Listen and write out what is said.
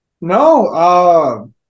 No